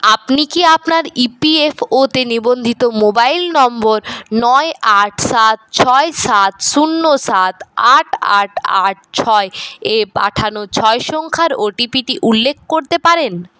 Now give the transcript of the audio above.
আপনি কি আপনার ইপিএফওতে নিবন্ধিত মোবাইল নম্বর নয় আট সাত ছয় সাত শূন্য সাত আট আট আট ছয় এ পাঠানো ছয় সংখ্যার ওটিপি টি উল্লেখ করতে পারেন